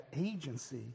agency